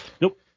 Nope